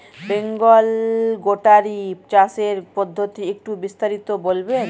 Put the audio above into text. বেঙ্গল গোটারি চাষের পদ্ধতি একটু বিস্তারিত বলবেন?